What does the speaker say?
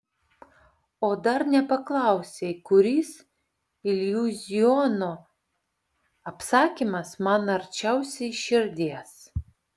o dar nepaklausei kuris iliuziono apsakymas man arčiausiai širdies